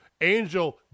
Angel